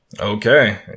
Okay